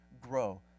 grow